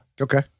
Okay